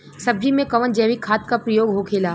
सब्जी में कवन जैविक खाद का प्रयोग होखेला?